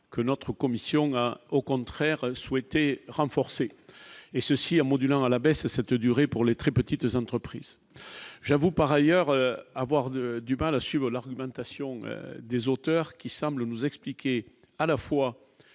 que notre commission a au contraire souhaité renforcer et ceci en modulant à la baisse cette durée pour les très petites entreprises, j'avoue par ailleurs avoir de du mal à suivre l'argumentation des auteurs qui semble nous expliquer à la fois